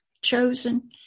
chosen